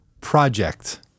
project